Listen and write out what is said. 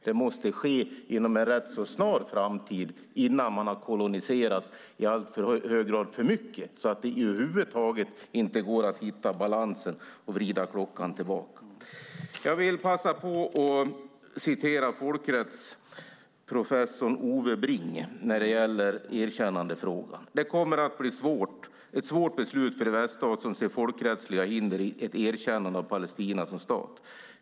Det måste ske inom en rätt så snar framtid, innan man har koloniserat alltför mycket, så att det över huvud taget inte går att hitta balansen och vrida klockan tillbaka. Jag vill passa på att citera folkrättsprofessorn Ove Bring, som skriver om erkännandefrågan: "Det kommer att bli ett svårt beslut för de väststater som ser folkrättsliga hinder i ett erkännande av Palestina som stat.